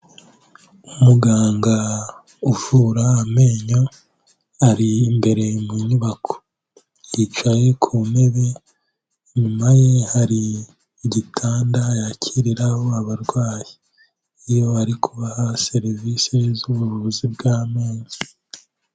Umuganga uvura amenyo ari imbere mu nyubako, yicaye ku ntebe, inyuma ye hari igitanda yakiriraho abarwayi, iyo bari kubaha serivisi z'ubuvuzi bw'amenyo.